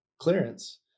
clearance